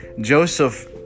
Joseph